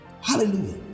Hallelujah